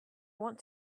want